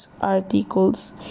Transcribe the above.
articles